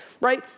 right